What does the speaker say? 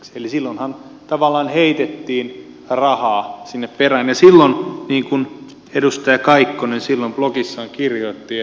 eli silloinhan tavallaan heitettiin rahaa sinne perään ja niin kuin edustaja kaikkonen silloin blogissaan kirjoitti